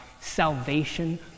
Salvation